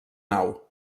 nau